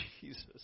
Jesus